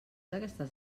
aquestes